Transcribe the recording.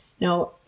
Now